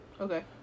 okay